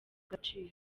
agaciro